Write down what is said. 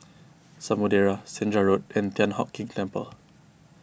Samudera Senja Road and Thian Hock Keng Temple